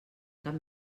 cap